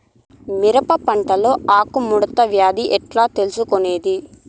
మిరప పంటలో ఆకు ముడత వ్యాధి ఎట్లా తెలుసుకొనేది?